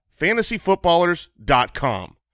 fantasyfootballers.com